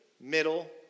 middle